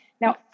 Now